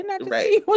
Right